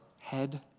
head